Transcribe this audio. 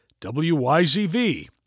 WYZV